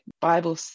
bible